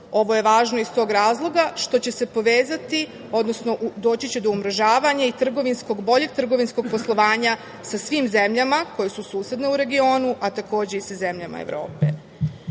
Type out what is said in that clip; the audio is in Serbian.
Ovo je važno iz tog razloga što će se povezati, odnosno doći će do umrežavanja i boljeg trgovinskog poslovanja sa svim zemljama koje su susedne u regionu, a takođe i sa zemljama Evrope. Ono